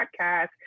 podcast